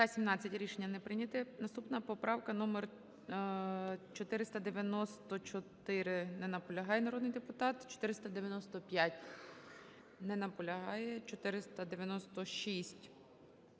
Наступна поправка номер 494. Не наполягає народний депутат. 495. Не наполягає. 496.